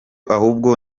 ahubwo